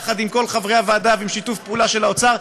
יחד עם כל חברי הוועדה ועם שיתוף פעולה של האוצר,